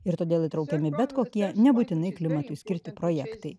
ir todėl įtraukiami bet kokie nebūtinai klimatui skirti projektai